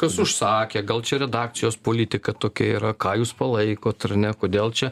kas užsakė gal čia redakcijos politika tokia yra ką jūs palaikot ar ne kodėl čia